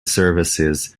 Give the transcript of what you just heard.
services